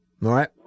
right